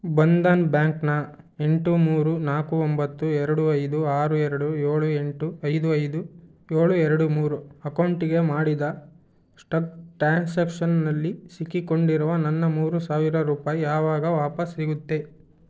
ಬಂಧನ್ ಬ್ಯಾಂಕ್ನ ಎಂಟು ಮೂರು ನಾಲ್ಕು ಒಂಬತ್ತು ಎರಡು ಐದು ಆರು ಎರಡು ಏಳು ಎಂಟು ಐದು ಐದು ಏಳು ಎರಡು ಮೂರು ಅಕೌಂಟಿಗೆ ಮಾಡಿದ ಸ್ಟಕ್ ಟ್ರಾನ್ಸಾಕ್ಷನ್ನಲ್ಲಿ ಸಿಕ್ಕಿಕೊಂಡಿರುವ ನನ್ನ ಮೂರು ಸಾವಿರ ರೂಪಾಯಿ ಯಾವಾಗ ವಾಪಸ್ ಸಿಗುತ್ತೆ